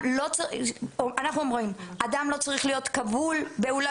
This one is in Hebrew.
אנחנו אומרים שאדם לא צריך להיות כבול באולם